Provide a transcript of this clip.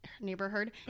neighborhood